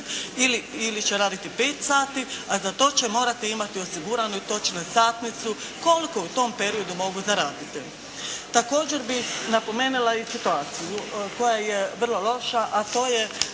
ili će raditi 5 sati, a za to će morati osiguranu i točnu satnicu koliko u tom periodu mogu zaraditi. Također bih napomenula i situaciju koja je vrlo loša, a to je